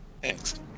Thanks